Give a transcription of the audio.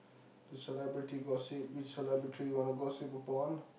to celebrity gossip which celebrity you wanna gossip upon